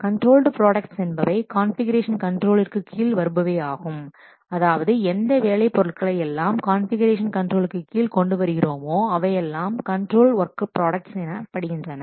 controlled products என்பவை configuration கண்ட்ரோலிற்கு கீழ் வருபவை ஆகும் அதாவது எந்த வேலை பொருட்களை எல்லாம் கான்ஃபிகுரேஷன் கண்ட்ரோலுக்கு கீழ் கொண்டு வருகிறோமோ அவையெல்லாம் கண்ட்ரோல் ஒர்க் ப்ராடக்ட்ஸ் எனப்படுகின்றன